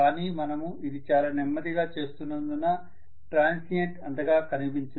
కానీ మనము ఇది చాలా నెమ్మదిగా చేస్తున్నందున ట్రాన్సియెంట్ అంతగా కనిపించదు